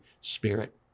Spirit